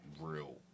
real